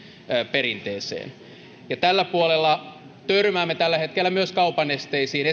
perinteeseen tällä puolella törmäämme tällä hetkellä myös kaupan esteisiin